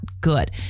good